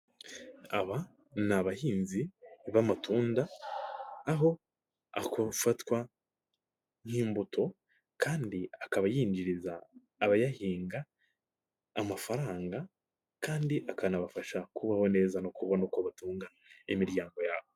Aba ni abahinzi b'amatunda, aho afatwa nk'imbuto kandi akaba yinjiriza abayahinga amafaranga, kandi akanabafasha kubaho neza no kubona uko batunga imiryango yabo.